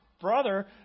brother